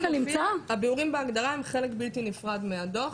הביאורים בהגדרה הם חלק בלתי נפרד מהדו"ח,